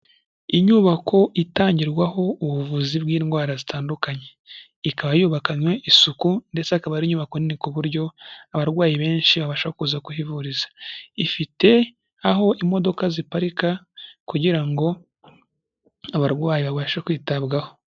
Inyubako itangirwaho ubuvuzi bw'indwara zitandukanye, ikaba yubakanywe isuku ndetse akaba ari inyubako nini ku buryo abarwayi benshi babasha kuza kuhivuriza, ifite aho imodoka ziparika kugira ngo abarwayi babashe kwitabwaho.